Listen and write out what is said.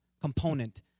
component